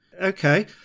Okay